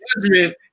judgment